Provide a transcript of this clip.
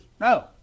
No